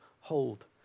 hold